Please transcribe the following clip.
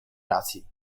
racji